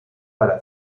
para